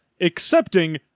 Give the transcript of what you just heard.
accepting